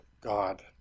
God